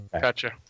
Gotcha